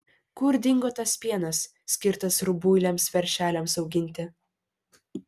kur dingo tas pienas skirtas rubuiliams veršeliams auginti